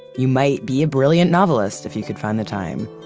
you might be a brilliant novelist if you could find the time,